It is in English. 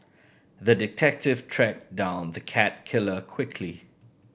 the detective tracked down the cat killer quickly